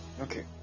okay